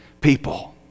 people